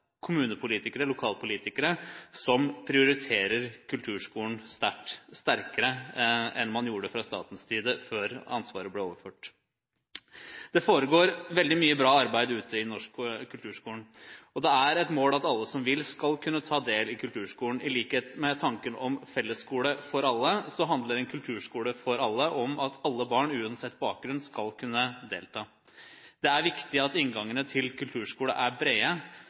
kommunepolitikere – lokalpolitikere – som prioriterer kulturskolen sterkt, sterkere enn man gjorde fra statens side før ansvaret ble overført. Det foregår veldig mye bra arbeid ute i norsk kulturskole. Det er et mål at alle som vil, skal kunne ta del i kulturskolen. I likhet med tanken om fellesskole for alle handler en kulturskole for alle om at alle barn, uansett bakgrunn, skal kunne delta. Det er viktig at inngangene til kulturskolen er brede,